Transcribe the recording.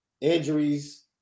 injuries